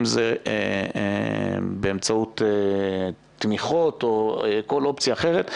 אם זה באמצעות תמיכות או כל אופציה אחרת.